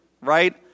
right